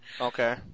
Okay